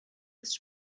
ist